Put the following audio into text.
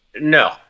no